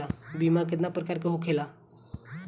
बीमा केतना प्रकार के होखे ला?